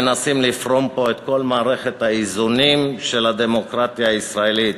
מנסים לפרום פה את כל מערכת האיזונים של הדמוקרטיה הישראלית